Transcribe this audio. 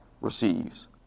receives